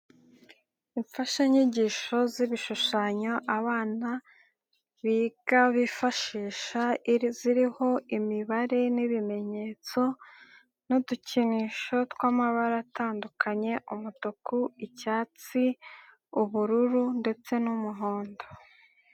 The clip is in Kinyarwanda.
Imfashanyigisho z'ibishushanyo abana biga bifashisha ziriho imibare n'ibimenyetso n'udukinisho twamabara atandukanye: umutuku, icyatsi, ubururu ndetse n'umuhondo.